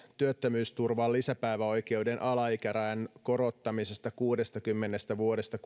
työttömyysturvan lisäpäiväoikeuden alaikärajan korottamisesta kuudestakymmenestä vuodesta